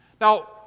Now